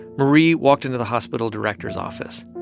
marie walked into the hospital director's office.